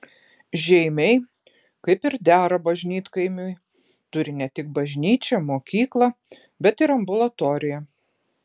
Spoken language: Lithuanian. žeimiai kaip ir dera bažnytkaimiui turi ne tik bažnyčią mokyklą bet ir ambulatoriją